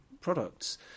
products